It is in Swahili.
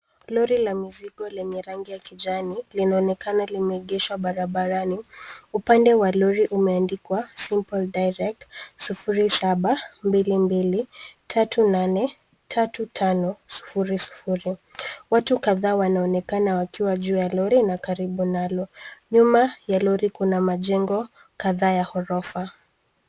Lori la mizigo lenye rangi ya kijani linaonekana limeegeshwa barabarani, upande wa lori umeandikwa simple direct 0722383500. Watu kadhaa wanaonekana wakiwa juu ya lori na karibu nalo, nyuma ya lori kuna majengo kadhaa ya ghorofa.